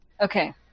Okay